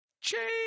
Change